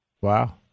Wow